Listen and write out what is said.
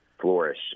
flourish